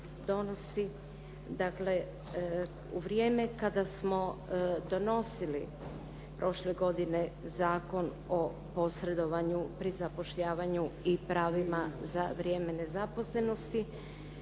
u vrijeme kada smo donosili prošle godine Zakon o posredovanju pri zapošljavanju i pravima za vrijeme nezaposlenosti